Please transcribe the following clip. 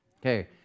okay